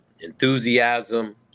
enthusiasm